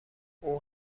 اون